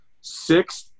six